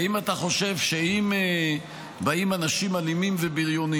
האם אתה חושב שאם באים אנשים אלימים ובריונים,